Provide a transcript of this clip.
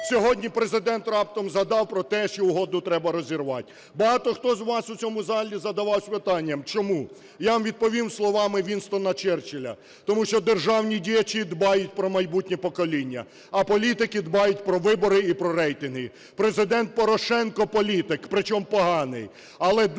Сьогодні Президент раптом згадав про те, що угоду треба розірвати. Багато хто з вас у цьому залі задававсь питанням: чому? Я вам відповім словами Вінстона Черчилля: тому що державні діячі дбають про майбутні покоління, а політики дбають про вибори і про рейтинги. Президент Порошенко – політик, при чому поганий.